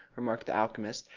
remarked the alchemist,